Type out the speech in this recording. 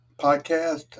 podcast